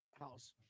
house